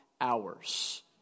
hours